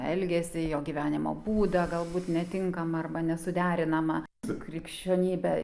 elgesį jo gyvenimo būdą galbūt netinkamą arba nesuderinamą su krikščionybe